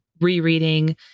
rereading